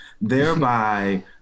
thereby